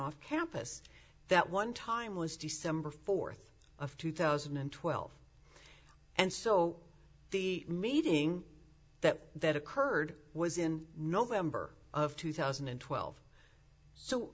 off campus that one time was december fourth of two thousand and twelve and so the meeting that that occurred was in november of two thousand and twelve so